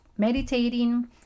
meditating